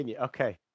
Okay